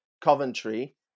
Coventry